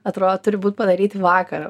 atrodo turi būt padaryti vakar